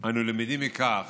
ואנו למדים מכך